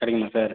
சரிங்களா சார்